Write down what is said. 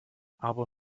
aber